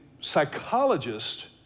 psychologist